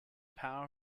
power